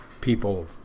people